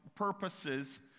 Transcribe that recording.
Purposes